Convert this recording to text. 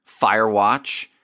Firewatch